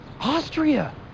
Austria